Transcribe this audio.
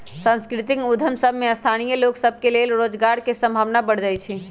सांस्कृतिक उद्यम सभ में स्थानीय लोग सभ के लेल रोजगार के संभावना बढ़ जाइ छइ